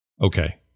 Okay